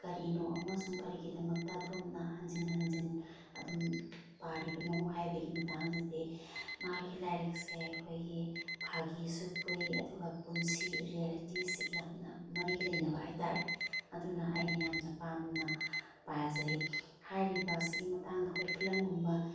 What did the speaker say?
ꯀꯔꯤꯅꯣ ꯑꯃꯁꯨꯡ ꯀꯔꯤꯒꯤꯗꯃꯛꯇ ꯑꯗꯣꯝꯅ ꯍꯟꯖꯤꯟ ꯍꯟꯖꯤꯟ ꯑꯗꯨꯝ ꯄꯥꯔꯤꯕꯅꯣ ꯍꯥꯏꯕꯒꯤ ꯃꯇꯥꯡꯗꯗꯤ ꯃꯥꯒꯤ ꯂꯥꯏꯔꯤꯛꯁꯦ ꯑꯩꯈꯣꯏꯒꯤ ꯐꯥꯒꯤꯁꯨ ꯄꯨꯏ ꯑꯗꯨꯒ ꯄꯨꯟꯁꯤ ꯔꯤꯌꯦꯂꯤꯇꯤꯁꯤꯒ ꯌꯥꯝꯅ ꯃꯔꯤ ꯂꯩꯅꯕ ꯍꯥꯏꯇꯥꯔꯦ ꯑꯗꯨꯅ ꯑꯩꯅ ꯌꯥꯝꯅ ꯄꯥꯝꯅ ꯄꯥꯖꯩ ꯍꯥꯏꯔꯤꯕꯁꯤꯒꯤ ꯃꯇꯥꯡꯗ ꯑꯩꯈꯣꯏ ꯐꯤꯂꯝꯒꯨꯝꯕ